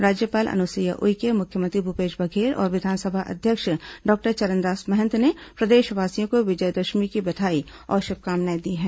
राज्यपाल अनुसुईया उइके मुख्यमंत्री भूपेश बघेल और विधानसभा अध्यक्ष डॉक्टर चरणदास महंत ने प्रदेशवासियों को विजयादशमी की बधाई और शुभकामनाएं दी हैं